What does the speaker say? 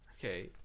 Okay